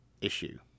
issue